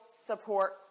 support